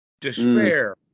despair